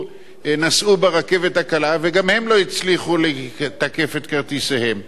נסעו ברכבת הקלה וגם הם לא הצליחו לתקף את כרטיסיהם,